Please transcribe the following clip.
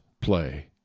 play